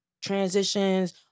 Transitions